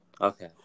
Okay